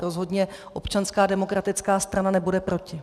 Rozhodně Občanská demokratická strana nebude proti.